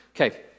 okay